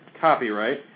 copyright